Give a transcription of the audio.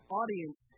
audience